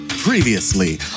Previously